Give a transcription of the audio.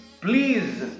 Please